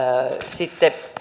sitten